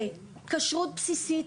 כשרות בסיסית,